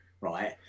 right